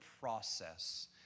process